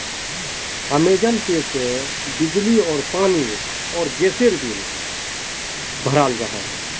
Amazon pay से बिजली आर पानी आर गसेर बिल बहराल जाहा